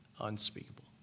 unspeakable